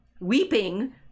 weeping